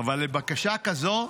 אבל לבקשה כזו,